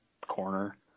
corner